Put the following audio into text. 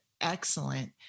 excellent